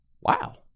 Wow